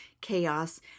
chaos